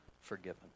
forgiven